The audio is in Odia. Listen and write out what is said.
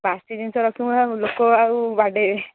ବାସି ଜିନିଷ ରଖିବୁ ଲୋକ ଆଉ ବାଡ଼େଇବେ